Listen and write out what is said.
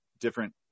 different